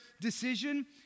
decision